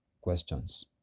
questions